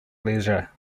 leisure